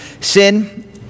sin